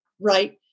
right